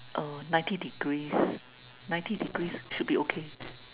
err ninety degrees ninety degrees should be okay